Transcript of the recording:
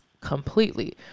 completely